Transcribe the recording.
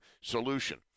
solution